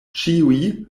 ĉiuj